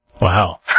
Wow